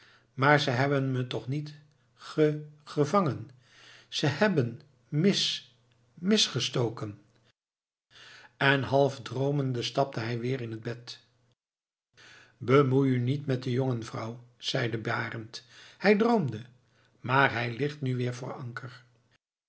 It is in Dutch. maar ze hebben me toch niet ge gevangen ze heb ben misge ge stoken en half droomende stapte hij weer in het bed bemoei u niet met den jongen vrouw zeide barend hij droomde maar hij ligt nu weer voor anker